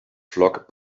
flock